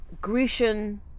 Grecian